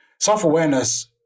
Self-awareness